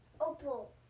Opal